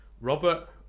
Robert